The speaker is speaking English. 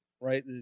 right